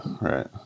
right